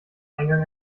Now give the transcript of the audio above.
eingang